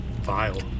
vile